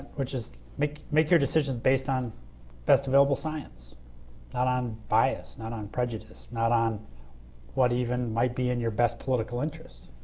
which is make make your decision based on best available science not on bias, not on prejudice, not on what even might be in your best political interest,